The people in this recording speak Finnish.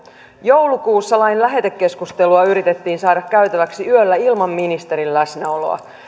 joulukuussa lain lähetekeskustelua yritettiin saada käytäväksi yöllä ilman ministerin läsnäoloa